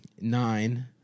nine